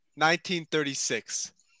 1936